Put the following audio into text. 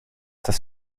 das